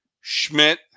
Schmidt